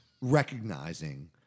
recognizing